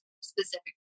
specific